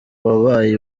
wabaye